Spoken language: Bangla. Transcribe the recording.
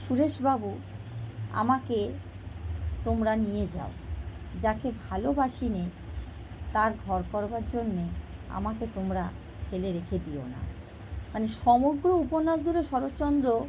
সুরেশবাবু আমাকে তোমরা নিয়ে যাও যাকে ভালোবাসি না তার ঘর করবার জন্যে আমাকে তোমরা ফেলে রেখে দিও না মানে সমগ্র উপন্যাস ধরে শরৎচন্দ্র